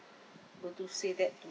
want to say that